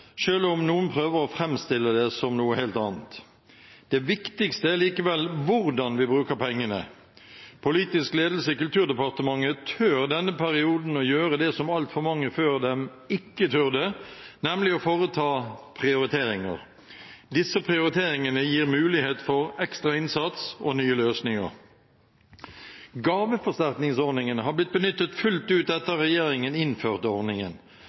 om noen prøver å framstille det som noe helt annet. Det viktigste er likevel hvordan vi bruker pengene. Politisk ledelse i Kulturdepartementet tør denne perioden å gjøre det som altfor mange før dem ikke turte, nemlig å foreta prioriteringer. Disse prioriteringene gir mulighet for ekstra innsats og nye løsninger. Gaveforsterkningsordningen har blitt benyttet fullt ut etter at regjeringen innførte ordningen. Stadig nye grupper får ta del i ordningen,